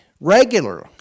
regularly